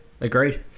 agreed